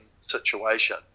situation